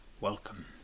Welcome